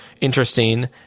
interesting